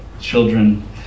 children